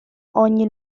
ogni